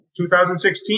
2016